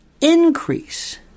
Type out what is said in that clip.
increase